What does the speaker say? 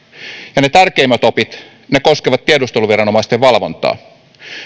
ne tärkeimmät opit koskevat tiedusteluviranomaisten valvontaa